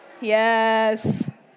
Yes